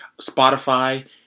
Spotify